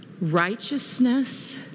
righteousness